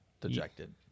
dejected